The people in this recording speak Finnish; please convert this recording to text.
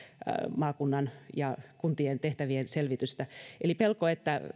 maakunnan ja kuntien tehtävien selvitystä eli on pelko